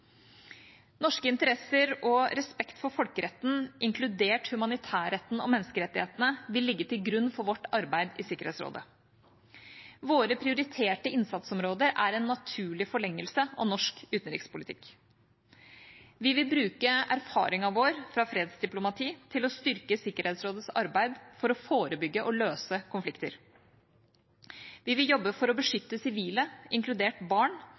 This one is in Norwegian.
Norske interesser og respekt for folkeretten, inkludert humanitærretten og menneskerettighetene, vil ligge til grunn for vårt arbeid i Sikkerhetsrådet. Våre prioriterte innsatsområder er en naturlig forlengelse av norsk utenrikspolitikk. Vi vil bruke vår erfaring fra fredsdiplomati til å styrke Sikkerhetsrådets arbeid for å forbygge og løse konflikter. Vi vil jobbe for å beskytte sivile, inkludert barn,